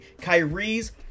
Kyrie's